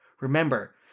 Remember